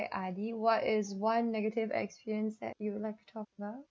ardi what is one negative experience that you would like to talk about